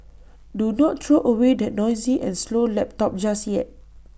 do not throw away that noisy and slow laptop just yet